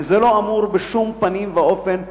וזה לא אמור בשום פנים ואופן לבוא,